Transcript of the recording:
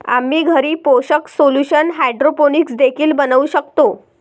आम्ही घरी पोषक सोल्यूशन हायड्रोपोनिक्स देखील बनवू शकतो